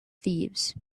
thieves